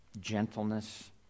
gentleness